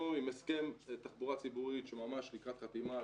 אנחנו עם הסכם תחבורה ציבורית שממש לקראת חתימה,